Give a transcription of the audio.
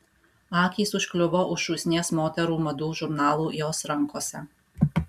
akys užkliuvo už šūsnies moterų madų žurnalų jos rankose